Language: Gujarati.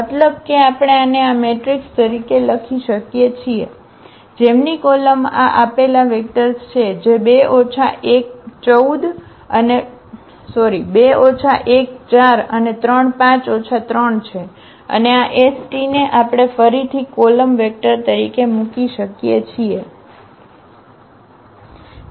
મતલબ કે આપણે આને આ મેટ્રિક્સ તરીકે લખી શકીએ છીએ જેમની કોલમ આ આપેલ વેક્ટર્સ છે જે 2 ઓછા 1 4 અને 3 5 ઓછા 3 છે અને આ s t ને આપણે ફરીથી કોલમ વેક્ટર તરીકે મૂકી શકીએ છીએ